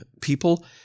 people—